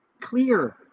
Clear